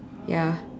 ya